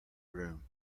room